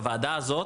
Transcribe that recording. הוועדה הזאת